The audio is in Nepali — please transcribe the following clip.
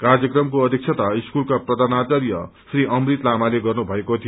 कार्यक्रमको अध्यक्षता स्कूलका प्रधानार्चाय श्री अमृत लामाले गर्नुभएको थियो